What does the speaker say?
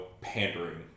pandering